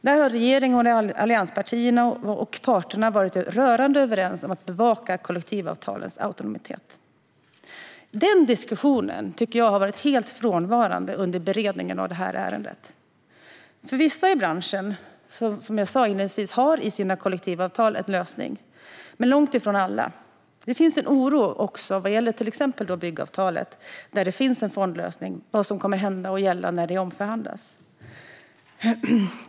Där har regeringen, allianspartierna och parterna varit rörande överens om att kollektivavtalens autonomi ska bevakas. Den diskussionen tycker jag har varit helt frånvarande under beredningen av det här ärendet. Som jag sa inledningsvis har vissa i branschen en lösning i sina kollektivavtal, men det är långt ifrån alla. Det finns en oro även vad gäller till exempel byggavtalet, där det finns en fondlösning, och vad som kommer att hända och gälla när det omförhandlas.